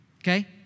okay